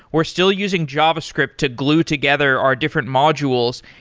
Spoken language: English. we're still using javascript to glue together are different modules,